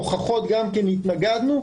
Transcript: הוכחות גם התנגדנו,